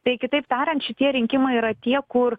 tai kitaip tariant šitie rinkimai yra tie kur